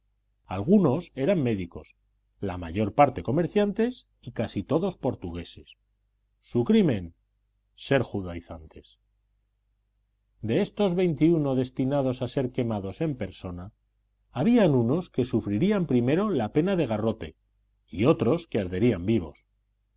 algunos eran médicos la mayor parte comerciantes y casi todos portugueses su crimen ser judaizantes de estos veintiuno destinados a ser quemados en persona había unos que sufrirían primero la pena de garrote y otros que arderían vivos